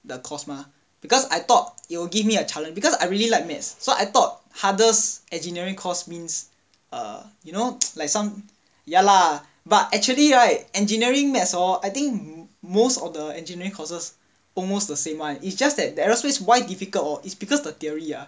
the course mah because I thought it will give me a challenge because I really like maths so I thought hardest engineering course means err you know like some ya lah but actually right engineering maths hor I think most of the engineering courses almost the same [one] it's just that the aerospace why difficult hor it's because the theory ah